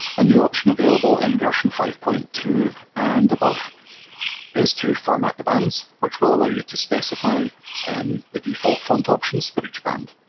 a new option available in version five point two and above is to format the bands, which will allow you to specify and the default font options for each band.